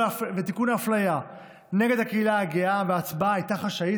האפליה נגד הקהילה הגאה וההצבעה הייתה חשאית,